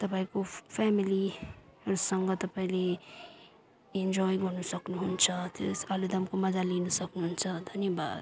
तपाईँको फ्यामिलीहरूसँग तपाईँले इन्जोय गर्नु सक्नुहुन्छ त्यस आलुदमको मजा लिन सक्नुहुन्छ धन्यवाद